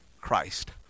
Christ